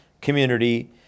community